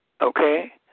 Okay